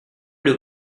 được